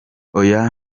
oya